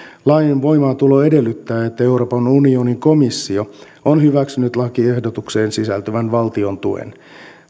lain voimaantulo edellyttää että euroopan unionin komissio on hyväksynyt lakiehdotukseen sisältyvän valtiontuen